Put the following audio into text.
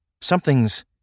something's